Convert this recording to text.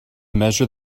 measure